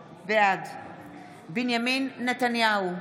יש לי עוד, אבל הפריעו לי,